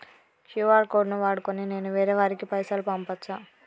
QR code ను వాడుకొని నేను వేరే వారికి పైసలు పంపచ్చా?